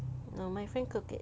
oh my friend cook it